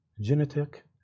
genetic